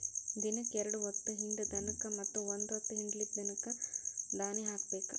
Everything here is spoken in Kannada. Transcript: ದಿನಕ್ಕ ಎರ್ಡ್ ಹೊತ್ತ ಹಿಂಡು ದನಕ್ಕ ಮತ್ತ ಒಂದ ಹೊತ್ತ ಹಿಂಡಲಿದ ದನಕ್ಕ ದಾನಿ ಹಾಕಬೇಕ